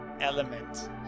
element